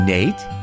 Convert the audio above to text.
Nate